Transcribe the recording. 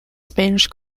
spanish